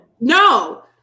No